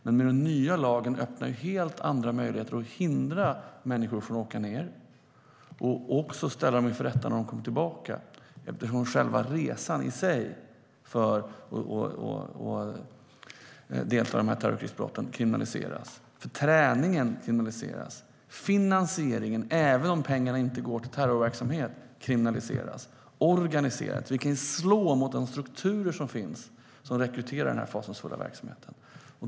Med den nya lagen öppnas dock helt andra möjligheter för att hindra människor från att åka ned och också för att ställa dem inför rätta när de kommer tillbaka. Själva resan i sig för att delta i terrorkrigsbrott kriminaliseras. Träningen kriminaliseras. Finansieringen, även om pengarna inte går till terrorverksamhet, kriminaliseras, så även organiseringen. Vi kan slå mot de strukturer som finns och som rekryterar till den här fasansfulla verksamheten.